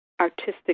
artistic